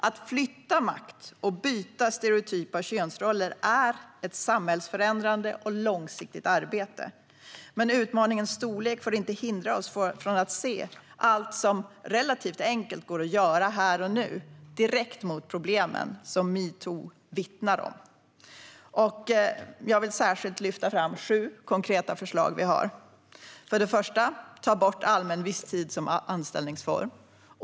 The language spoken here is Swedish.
Att flytta makt och bryta stereotypa könsroller är ett samhällsförändrande och långsiktigt arbete, men utmaningens storlek får inte hindra oss från att se allt som relativt enkelt går att göra här och nu, direkt, mot de problem som metoo vittnar om. Jag vill särskilt lyfta fram sju konkreta förslag vi har. För det första: Ta bort allmän visstid som anställningsform!